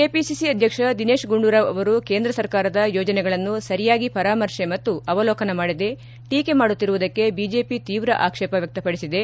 KPCC ಅಧ್ಯಕ್ಷ ದಿನೇಶ್ ಗುಂಡೂರಾವ್ ಅವರು ಕೇಂದ್ರ ಸರ್ಕಾರದ ಯೋಜನೆಗಳನ್ನು ಸರಿಯಾಗಿ ಪರಾಮರ್ಶೆ ಮತ್ತು ಅವಲೋಕನ ಮಾಡದೆ ಟೀಕೆ ಮಾಡುತ್ತಿರುವುದಕ್ಕೆ ಬಿಜೆಪಿ ತೀವ್ರ ಆಕ್ಷೇಪ ವ್ಯಕ್ತಪಡಿಸಿದೆ